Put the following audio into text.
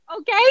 Okay